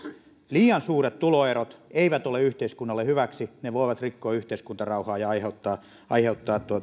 liian suuret tuloerot eivät ole yhteiskunnalle hyväksi ne voivat rikkoa yhteiskuntarauhaa ja aiheuttaa aiheuttaa